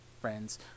friends